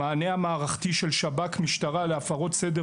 המענה המערכתי של שב"כ/משטרה להפרות סדר